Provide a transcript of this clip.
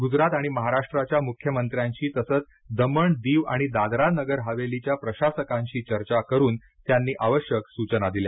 गुजरात आणि महाराष्ट्राच्या मुख्यमंत्र्यांशी तसंच दमण दीव आणि दादरा नागर हवेलीच्या प्रशासकांशी चर्चा करून त्यांनी आवश्यक सूचना दिल्या